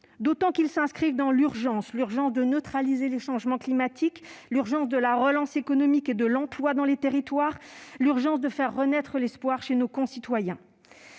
d'autant qu'ils s'inscrivent dans l'urgence : l'urgence de neutraliser les changements climatiques, l'urgence de la relance économique et de l'emploi dans les territoires, l'urgence de faire renaître l'espoir chez nos concitoyens.